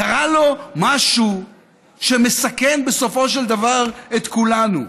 קרה לו משהו שמסכן בסופו של דבר את כולנו,